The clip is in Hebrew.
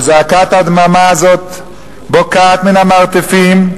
אבל זעקת הדממה הזאת בוקעת מן המרתפים,